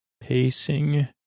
pacing